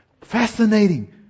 Fascinating